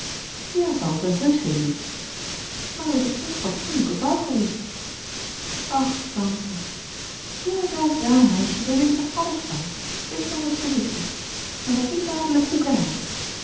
ja tante heusch heel lief maar het is een onfatsoenlijke vrouw geweest ach tante ja ja ja meisje we weten er alles van wees maar wat voorzichtig en word niet dadelijk koek en ei